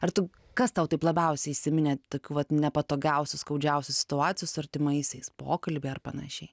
ar tu kas tau taip labiausiai įsiminė tik vat nepatogiausių skaudžiausių situacijų su artimaisiais pokalbiai ar panašiai